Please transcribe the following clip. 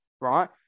right